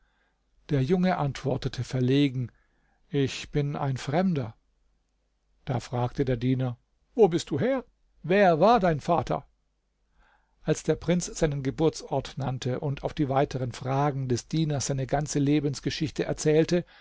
der junge antwortete verlegen ich bin ein fremder da fragte der diener wo bist du her wer war dein vater als der prinz seinen geburtsort nannte und auf die weiteren fragen des dieners seine ganze lebensgeschichte erzählte